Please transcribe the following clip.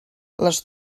les